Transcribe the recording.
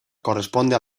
corresponde